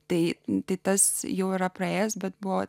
tai titas jau yra praėjęs bet buvo